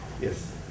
Yes